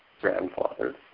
grandfather